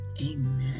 Amen